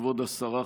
כבוד השרה,